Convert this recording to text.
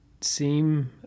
seem